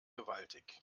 gewaltig